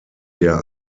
der